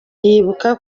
yibuka